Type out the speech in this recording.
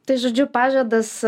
tai žodžiu pažadas